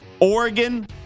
Oregon